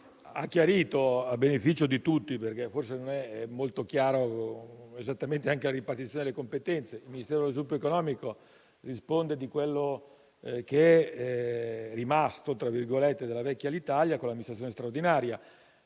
chiarezza a beneficio di tutti, perché forse non è molto chiara l'esatta ripartizione delle competenze. Il Ministero dello sviluppo economico risponde di quello che è rimasto, per così dire, della vecchia Alitalia con l'amministrazione straordinaria.